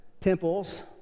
Temples